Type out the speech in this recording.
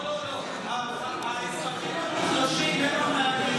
לא, לא, לא, האזרחים המוחלשים הם המעניינים.